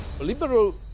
Liberal